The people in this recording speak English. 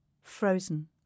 frozen